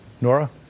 Nora